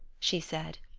she said,